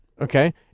Okay